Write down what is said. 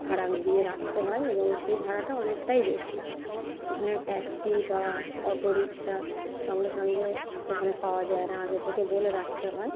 ভাড়া দিয়ে রাখতে হয় এবং সে ভাড়াটা অনেকটাই বেশি এখানে ট্যাক্সি বা অটো রিকশা সঙ্গে সঙ্গে এখানে পাওয়া যায় না আগে থেকে বলে রাখতে হয়